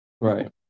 right